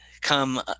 come